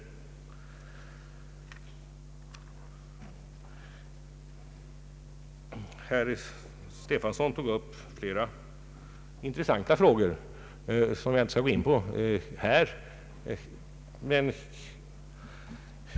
Herr Stefanson tog upp flera intressanta frågor, som jag dock här inte skall gå in på.